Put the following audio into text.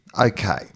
Okay